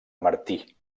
martí